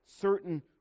certain